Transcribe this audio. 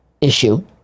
issue